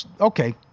okay